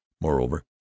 Moreover